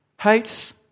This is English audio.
hates